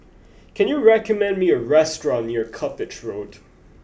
can you recommend me a restaurant near Cuppage Road